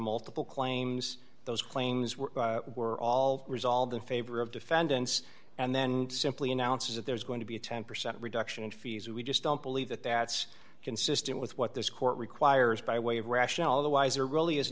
multiple claims those claims were were all resolved in favor of defendants and then simply announces that there's going to be a ten percent reduction in fees we just don't believe that that's consistent with what this court requires by way of rationale otherwise or really is